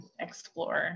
explore